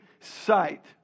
sight